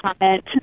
comment